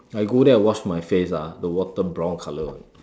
I go there and wash my face ah the water brown colour [one]